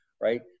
right